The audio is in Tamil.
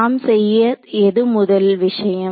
நாம் செய்ய எது முதல் விஷயம்